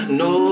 no